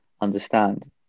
understand